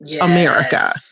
America